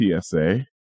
PSA